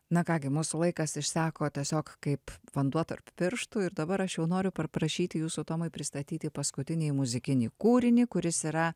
na ką gi mūsų laikas išseko tiesiog kaip vanduo tarp pirštų ir dabar jau aš noriu par prašyti jūsų tomai pristatyti paskutinįjį muzikinį kūrinį kuris yra